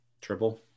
Triple